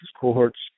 cohorts